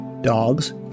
Dogs